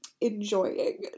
enjoying